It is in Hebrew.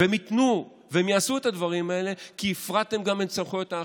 והם ייתנו והם יעשו את הדברים האלה כי הפרטתם גם את סמכויות האכיפה.